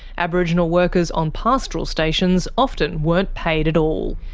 aboriginal workers on pastoral stations often weren't paid at all.